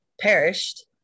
perished